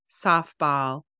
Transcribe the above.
softball